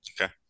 Okay